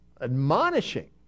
admonishing